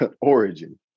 origin